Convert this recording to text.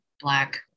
Black